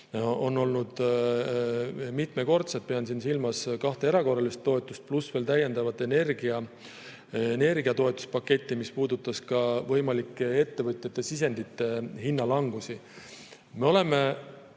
on olnud mitmekordsed. Pean siin silmas kahte erakorralist toetust, pluss veel täiendavat energiatoetuspaketti, mis puudutas ka ettevõtete sisendite võimalikke hinnalangusi. Me oleme